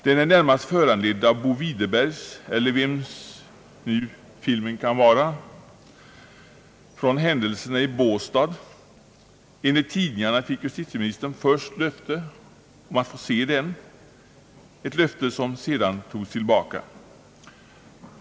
Den är föranledd av Bo Widerbergs — eller vems den nu kan vara — film från händelserna i Båstad. Enligt tidningarna fick justitieministern först löfte om att få se den, ett löfte som sedan togs tillbaka.